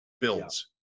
builds